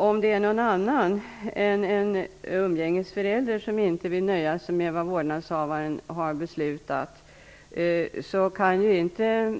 Om någon annan än en umgängesförälder inte vill nöja sig med vad vårdnadshavaren har beslutat, kan inte